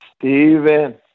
Steven